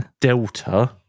Delta